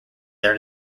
their